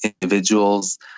individuals